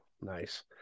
nice